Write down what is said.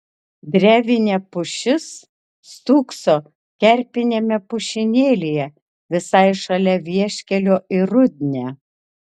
drevinė pušis stūkso kerpiniame pušynėlyje visai šalia vieškelio į rudnią